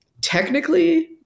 Technically